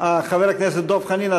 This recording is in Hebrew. חבר הכנסת דב חנין,